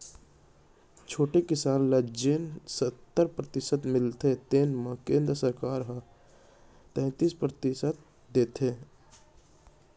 छोटे किसान ल जेन सत्तर परतिसत मिलथे तेन म केंद्र सरकार ह तैतीस परतिसत देथे